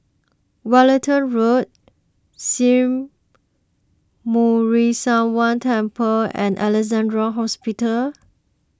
Wellington Road Sri Muneeswaran Temple and Alexandra Hospital